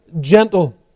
Gentle